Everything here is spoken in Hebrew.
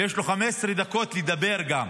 ויש לו 15 דקות לדבר גם.